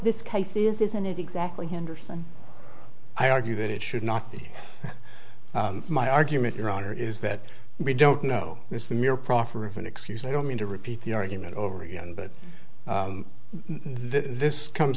this case is isn't it exactly henderson i argue that it should not be my argument your honor is that we don't know is the mere proffer of an excuse i don't mean to repeat the argument over again but this comes